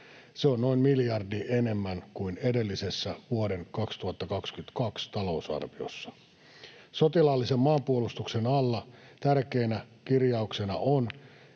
Se on noin miljardi enemmän kuin edellisessä, vuoden 2022 talousarviossa. Sotilaallisen maanpuolustuksen alla tärkeänä kirjauksena on,